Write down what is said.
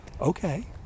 okay